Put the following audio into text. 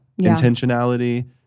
intentionality